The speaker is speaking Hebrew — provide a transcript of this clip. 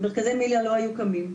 מרכזי מיל"ה לא היו קמים,